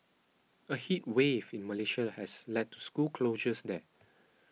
a heat wave in Malaysia has led to school closures there